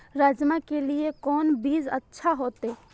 राजमा के लिए कोन बीज अच्छा होते?